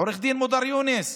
עו"ד מודיר יונס,